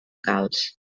calç